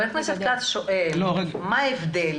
ח"כ כץ שואל מה ההבדל